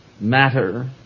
matter